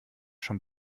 schon